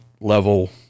level